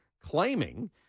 claiming